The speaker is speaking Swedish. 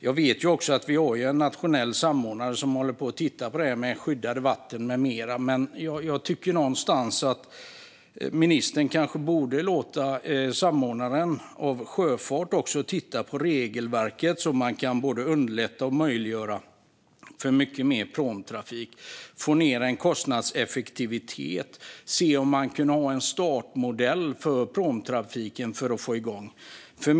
Jag vet att vi har en nationell samordnare som tittar på det här med skyddade vatten med mera, men jag tycker att ministern kanske borde låta samordnaren av sjöfart också titta på regelverket så att man kan både underlätta och möjliggöra för mycket mer pråmtrafik, få kostnadseffektivitet och se om man skulle kunna ha en startmodell för pråmtrafiken för att få igång den.